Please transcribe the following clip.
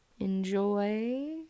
Enjoy